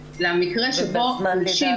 אבל יש דוגמאות נוספות רבות למקרה שבו נשים עצמאיות